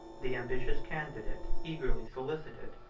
the ambitious candidate eagerly solicited,